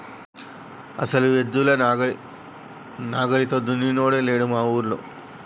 అసలు ఎద్దుల నాగలితో దున్నినోడే లేడు మా ఊరిలో